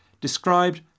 described